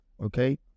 okay